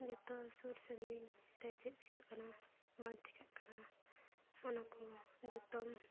ᱡᱚᱛᱚ ᱥᱩᱨ ᱥᱟᱺᱜᱤᱧ ᱨᱮ ᱪᱮᱫ ᱪᱮᱠᱟᱜ ᱠᱟᱱᱟ ᱵᱟᱝ ᱪᱮᱠᱟᱜ ᱠᱟᱱᱟ ᱚᱱᱟ ᱠᱚ ᱡᱚᱛᱚᱢ